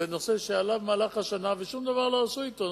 בנושא שעלה במהלך השנה ולא עשו אתו שום דבר,